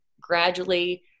gradually